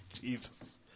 Jesus